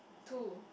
two